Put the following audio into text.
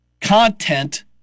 content